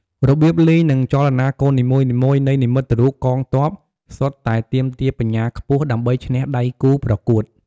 របៀបលេង និងចលនាកូននីមួយៗនៃនិមិត្តរូបកងទ័ពសុទ្ធតែទាមទារបញ្ញាខ្ពស់ ដើម្បីឈ្នះដៃគូប្រកួត។